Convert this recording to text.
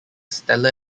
stellar